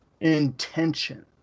intention